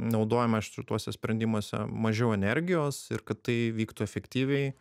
naudojama šituose sprendimuose mažiau energijos ir kad tai vyktų efektyviai